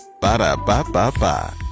Ba-da-ba-ba-ba